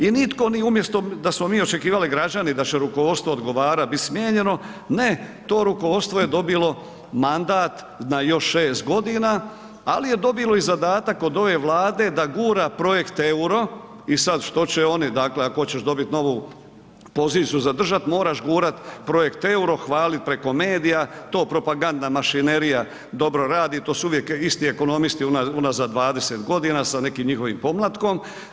I nitko, umjesto da smo mi očekivali građani da će rukovodstvo odgovarati, biti smijenjeno, ne to rukovodstvo je dobilo mandat na još 6 godina, ali je dobilo i zadatak od ove Vlade da gura projekt EUR-o i sad što će oni, dakle ako hoćeš dobit novu poziciju za držat, moraš gurat projekt EUR-o, hvalit preko medija, to propagandna mašinerija dobro radi, to su uvijek isti ekonomisti unazad 20 godina sa nekim njihovim pomlatkom.